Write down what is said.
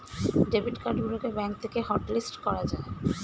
debit card গুলোকে bank থেকে hotlist করা যায়